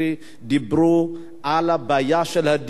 דיברו על הבעיה של הדיור,